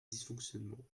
dysfonctionnements